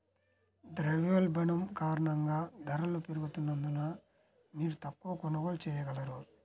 ద్రవ్యోల్బణం కారణంగా ధరలు పెరుగుతున్నందున, మీరు తక్కువ కొనుగోళ్ళు చేయగలరు